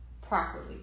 properly